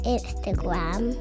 Instagram